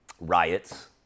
riots